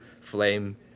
flame